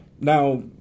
now